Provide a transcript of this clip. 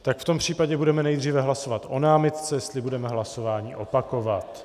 Tak v tom případě budeme nejdříve hlasovat o námitce, jestli budeme hlasování opakovat.